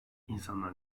i̇nsanlar